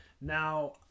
Now